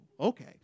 okay